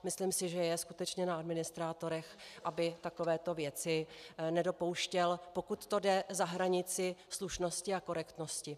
Myslím si, že je skutečně na administrátorech, aby takovéto věci nedopouštěli, pokud to jde, za hranici slušnosti a korektnosti.